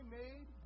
made